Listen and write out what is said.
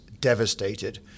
devastated